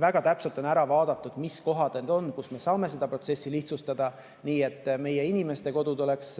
väga täpselt ära vaadatud, mis kohad need on, kus me saame seda protsessi lihtsustada, nii et meie inimeste kodud oleks